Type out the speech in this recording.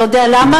אתה יודע למה?